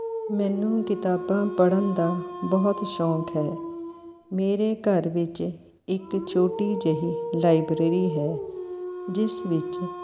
ਮੈਨੂੰ ਕਿਤਾਬਾਂ ਪੜ੍ਹਨ ਦਾ ਬਹੁਤ ਸ਼ੌਂਕ ਹੈ ਮੇਰੇ ਘਰ ਵਿੱਚ ਇੱਕ ਛੋਟੀ ਜਿਹੀ ਲਾਇਬਰੇਰੀ ਹੈ ਜਿਸ ਵਿੱਚ